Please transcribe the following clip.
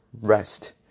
rest